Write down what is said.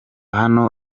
hano